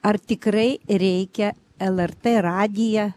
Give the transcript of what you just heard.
ar tikrai reikia lrt radiją